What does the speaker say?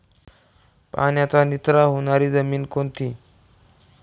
पाण्याचा निचरा होणारी जमीन कोणती?